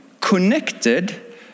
connected